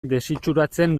desitxuratzen